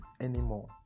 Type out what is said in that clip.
anymore